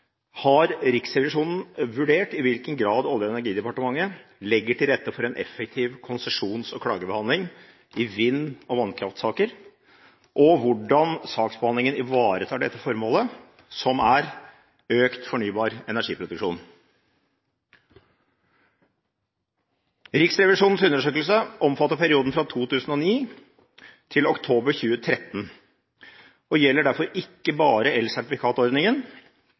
har Riksrevisjonen vurdert i hvilken grad Olje- og energidepartementet legger til rette for en effektiv konsesjons- og klagebehandling i vind- og vannkraftsaker, og hvordan saksbehandlingen ivaretar formålet, som er økt fornybar energiproduksjon. Riksrevisjonens undersøkelse omfatter perioden fra 2009 til oktober 2013 og gjelder derfor ikke bare elsertifikatordningen.